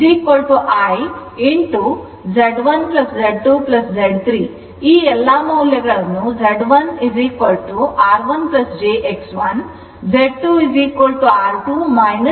Z1 Z2 Z3 ಈ ಎಲ್ಲಾ ಮೌಲ್ಯಗಳನ್ನು Z1 R1 jX1 Z2 R2 jX2 ಮತ್ತು Z 3 R3 ಎಂದು ಬದಲಿಸಿ